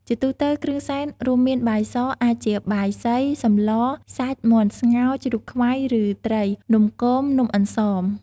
ជាទូទៅគ្រឿងសែន រួមមាន បាយស អាចជាបាយសី សម្ល សាច់ មាន់ស្ងោរ ជ្រូកខ្វៃ ឬត្រី នំគម នំអន្សម។